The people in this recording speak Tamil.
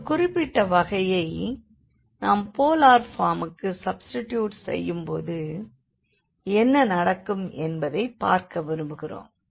ஒரு குறிப்பிட்ட வகையை நாம் போலார் பார்முக்கு சப்ஸ்டிடியூட் செய்யும் போது என்ன நடக்கும் என்பதைப் பார்க்க விரும்புகிறோம்